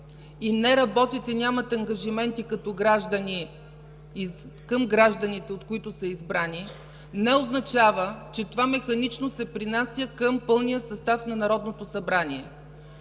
си, не работят и нямат ангажименти към гражданите, от които са избрани, не означава, че то механично се пренася към пълния състав на Народното събрание.